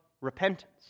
repentance